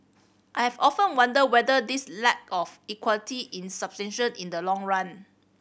I have often wondered whether this lack of equity in substantial in the long run